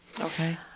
Okay